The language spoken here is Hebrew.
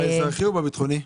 באזרחי או בביטחוני?